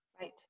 Right